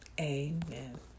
amen